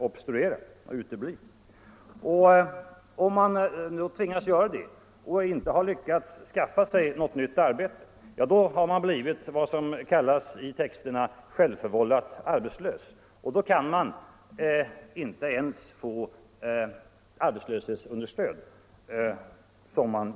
Om man gör det och inte lyckas skaffa sig något nytt arbete, då blir man vad som i texterna kallas ”självförvållat arbetslös”, och då kan man inte ens få arbetslöshetsunderstöd.